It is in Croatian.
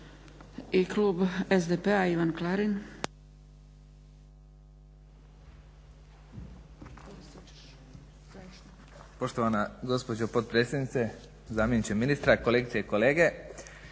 I klub SDP-a, Ivan Klarin.